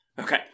Okay